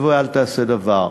שב ואל תעשה דבר,